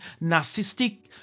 narcissistic